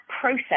process